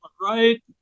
right